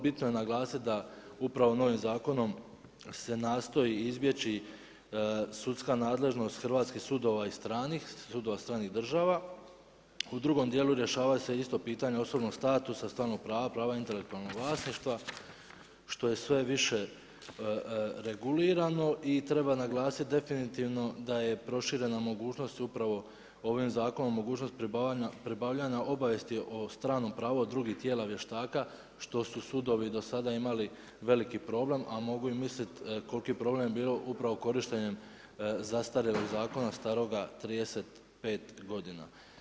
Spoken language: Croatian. Bitno je naglasiti upravo ovim zakonom se nastoji izbjeći sudska nadležnost hrvatskih sudova i sudova stranih država, u drugom djelu rješava se isto pitanje osobnog statusa, stalnog prava, prava intelektualnog vlasništva što je sve više regulirano i treba naglasiti definitivno da je proširena mogućnost upravo ovim zakonom, mogućnost pribavljanja obavijesti o stranom pravu drugih tijela vještaka što su sudovi do sada imali veliki problem, a mogu i misliti koliki je problem bio upravo korištenjem zastarjelog zakona staroga 35 godina.